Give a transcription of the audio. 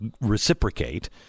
reciprocate